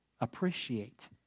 appreciate